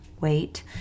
Wait